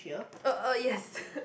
uh uh yes